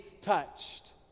touched